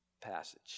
passage